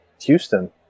Houston